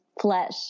flesh